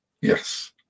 Yes